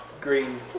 Green